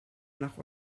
nach